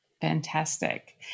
Fantastic